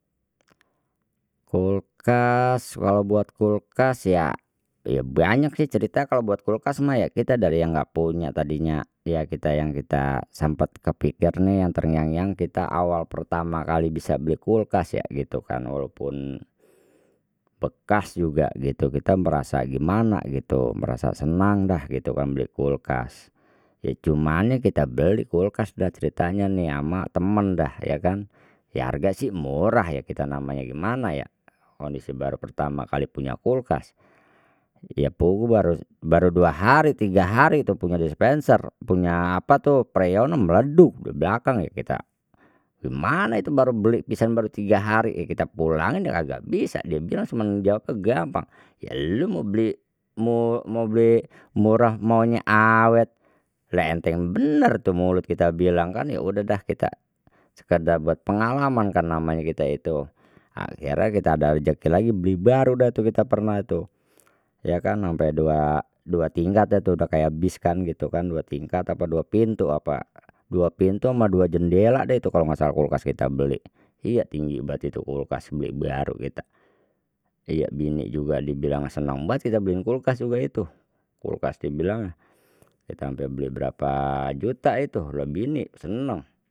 Kulkas walau buat kulkas ya, ya banyak sih cerita kalau buat kulkas mah ya kita dari yang enggak punya tadinya ya kita yang kita sempet kepikir nih yang terngiang ngiyang kita awal pertama kali bisa beli kulkas ya gitu kan walaupun bekas juga gitu kita merasa gimana gitu merasa senang dah gitu kan beli kulkas ya cumannya kita beli kulkas dah ceritanya nih ama teman dah ya kan ya harga sih murah ya kita namanya gimana ya kondisi baru pertama kali punya kulkas ya punguh baru dua hari tiga hari tuh punya dispenser punya apa tuh freon meleduk di belakang ya kita gimana itu baru beli desember tiga hari kita pulangin agak bisa dia bilang cuman jawabnya gampang ya lu mau beli mau beli murah maunya awet lha enteng benar tuh mulut kita bilang kan ya sudah dah kita sekedar buat pengalaman kan namanya kita itu, akhirnya kita ada rejeki lagi beli baru dah tu kita pernah tuh ya kan sampai dua, dua tingkat dah tu udah kayak bis kan gitu kan dua tingkat apa dua pintu apa dua pintu ama dua jendela deh itu kalau enggak salah kulkas kita beli iya tinggi berarti itu kulkas beli baru kita, iya bini juga dibilang senang banget kita beliin kulkas juga itu kulkas dibilangnya kita sampai beli berapa juta itu lha bini seneng.